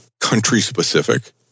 country-specific